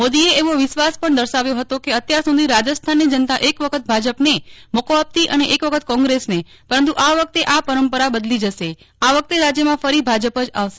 મોદીએ એવો વિશ્વાસ પણ દર્શાવ્યો હતો કે અત્યાર સુધી રાજસ્થાનની જનતા એક વખત ભાજપને મોકો આપતી અને એક વખત કોંગ્રેસને પરંતુ આ વખતે આ પરંપરા બદલી જશે આ વખતે રાજ્યમાં ફરી ભાજપ જ આવશે